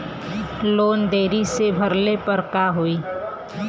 Loan देरी से भरले पर का होई?